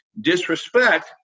Disrespect